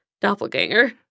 doppelganger